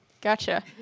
Gotcha